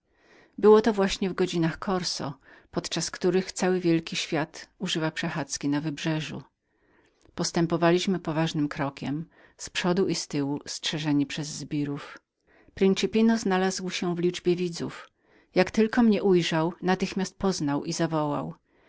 było to właśnie w godzinach corso podczas których cały wielki świat używa przechadzki na wybrzeżu postępowaliśmy poważnym krokiem z przodu i z tyłu strzeżeni przez zbirów principino znalazł się w liczbie widzów jak tylko mnie ujrzał natychmiast poznał i zawołał